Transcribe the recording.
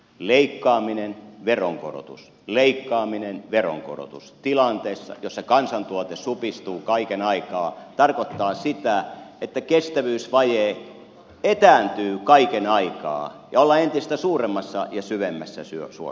leikkaaminen veronkorotus leikkaaminen veronkorotus tilanteessa jossa kansantuote supistuu kaiken aikaa tarkoittaa sitä että kestävyysvaje etääntyy kaiken aikaa ja ollaan entistä suuremmassa ja syvemmässä suossa